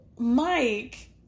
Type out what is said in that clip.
Mike